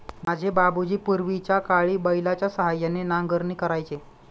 माझे बाबूजी पूर्वीच्याकाळी बैलाच्या सहाय्याने नांगरणी करायचे